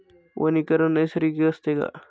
वनीकरण नैसर्गिक असते का?